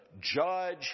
judge